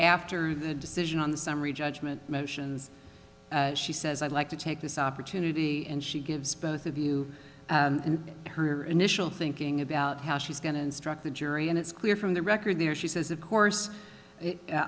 after the decision on the summary judgment motions she says i'd like to take this opportunity and she gives both of you her initial thinking about how she's going to instruct the jury and it's clear from the record there she says of course i